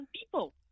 people